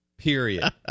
Period